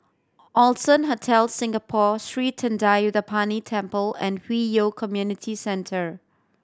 Allson Hotel Singapore Sri Thendayuthapani Temple and Hwi Yoh Community Centre